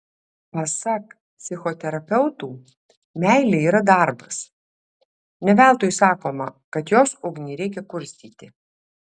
pasak psichoterapeutų meilė yra darbas ne veltui sakoma kad jos ugnį reikia kurstyti